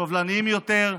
סובלניים יותר,